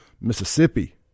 Mississippi